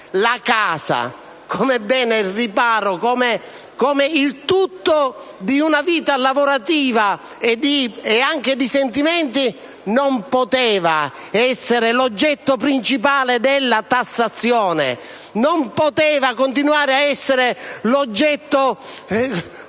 intesa come bene riparo, come il tutto di una vita lavorativa e anche di sentimenti, non poteva essere l'oggetto principale della tassazione, non poteva continuare a essere l'oggetto cupido